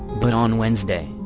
but on wednesday,